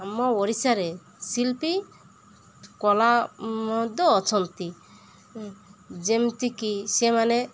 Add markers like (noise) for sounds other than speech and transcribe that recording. ଆମ ଓଡ଼ିଶାରେ ଶିଳ୍ପୀ କଳା (unintelligible) ଅଛନ୍ତି ଯେମିତିକି ସେମାନେ